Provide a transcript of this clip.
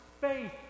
Faith